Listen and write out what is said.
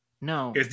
no